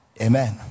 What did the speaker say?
Amen